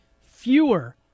fewer